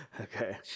Okay